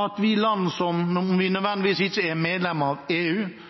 at vi som er fra land som ikke nødvendigvis er medlem av EU,